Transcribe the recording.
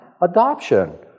Adoption